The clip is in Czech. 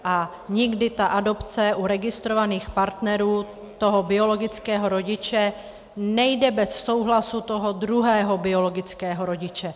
A nikdy adopce u registrovaných partnerů toho biologického rodiče nejde bez souhlasu toho druhého biologického rodiče.